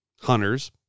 Hunters